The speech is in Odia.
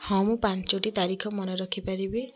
ହଁ ମୁଁ ପାଞ୍ଚୋଟି ତାରିଖ ମନେ ରଖି ପାରିବି